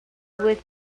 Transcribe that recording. with